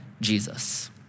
Jesus